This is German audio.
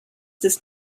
des